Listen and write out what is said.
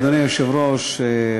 אדוני היושב-ראש,